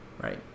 right